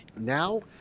Now